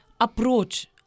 Approach